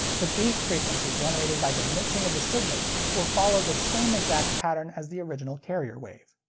the beat frequency generated by the mixing of the signals will follow the same exact pattern as the original carrier wave.